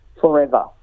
forever